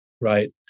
right